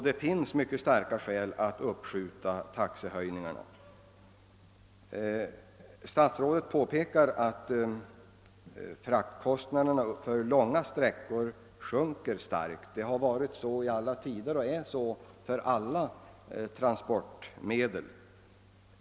Det finns mycket starka skäl för att uppskjuta taxehöjningarna. Statsrådet påpekar att fraktkostnaderna för långa avstånd sjunker starkt. Så har det varit tidigare också, och så är det för alla transportmedel.